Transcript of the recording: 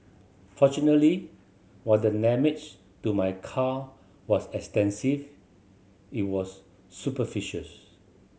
fortunately while the damage to my car was extensive it was superficials